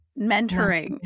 mentoring